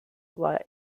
via